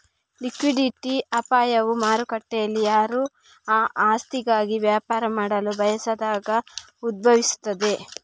liquidity ಅಪಾಯವು ಮಾರುಕಟ್ಟೆಯಲ್ಲಿಯಾರೂ ಆ ಆಸ್ತಿಗಾಗಿ ವ್ಯಾಪಾರ ಮಾಡಲು ಬಯಸದಾಗ ಉದ್ಭವಿಸುತ್ತದೆ